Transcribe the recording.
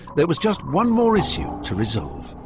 there was just one more issue to resolve.